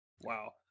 Wow